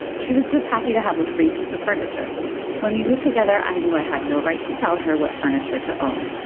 she was just happy to have a free piece of furniture when we lived together. i knew i had no right to tell her what furniture to own.